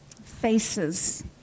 faces